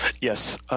Yes